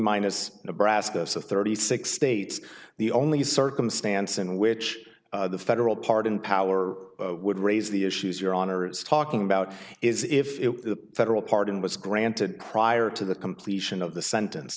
minus nebraska so thirty six states the only circumstance in which the federal pardon power would raise the issues your honor is talking about is if the federal pardon was granted prior to the completion of the sentence